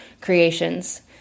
creations